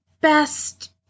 best